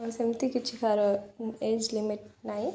ସେମିତି କିଛି ଆର ଏଜ୍ ଲିମିଟ୍ ନାହିଁ